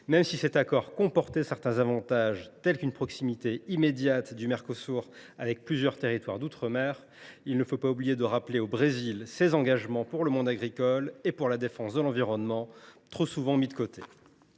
Même si cet accord comportait certains avantages, tels qu’une proximité immédiate du Mercosur avec plusieurs territoires d’outre mer, il convient de rappeler au Brésil ses engagements à l’égard du monde agricole et en matière de défense de l’environnement, trop souvent mis de côté.